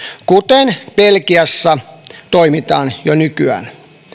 kuten belgiassa toimitaan jo nykyään